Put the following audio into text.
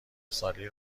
نسلی